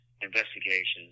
investigations